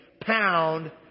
Pound